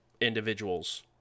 individuals